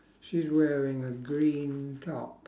she's wearing a green top